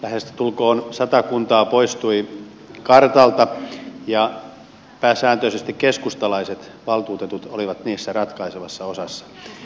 lähestulkoon sata kuntaa poistui kartalta ja pääsääntöisesti keskustalaiset valtuutetut olivat niissä ratkaisevassa osassa